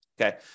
Okay